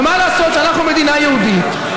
ומה לעשות שאנחנו מדינה יהודית,